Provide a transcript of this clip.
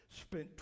spent